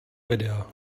videa